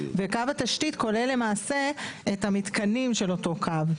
וקו התשתית כולל למעשה את המתקנים של אותו קו,